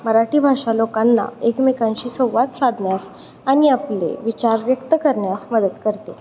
मराठी भाषा लोकांना एकमेकांशी संवाद साधण्यास आणि आपले विचार व्यक्त करण्यास मदत करते